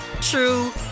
true